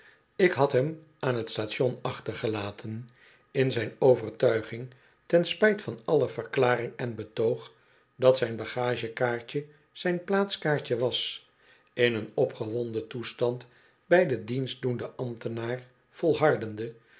ik had hem aan t station achtergelaten in zijn overtuiging ten spijt van alle verklaring en betoog dat zijn bagagekaartje zjn plaatskaartje was in een opgewonden toestand bij den dienstdoenden ambtenaar volhardende